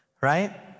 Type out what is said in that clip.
right